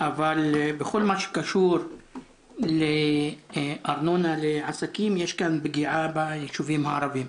בכל מה שקשור לארנונה לעסקים יש כאן פגיעה ביישובים הערבים.